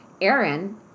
Aaron